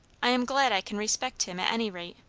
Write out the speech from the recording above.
i am glad i can respect him, at any rate.